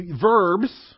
Verbs